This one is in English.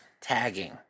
tagging